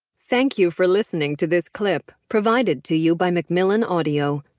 thank you for listening to this clip provided to you by macmillan audio.